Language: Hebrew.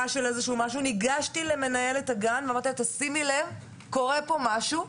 של משהו וניגשתי למנהלת הגן וביקשתי ממנה לשים לב שקורה משהו.